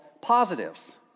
positives